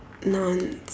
nouns